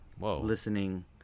listening